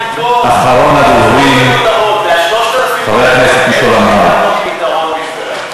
אחרון הדוברים, זה ה-3,000, פתרון בשבילך.